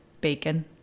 bacon